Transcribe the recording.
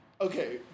Okay